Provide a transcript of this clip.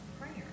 prayer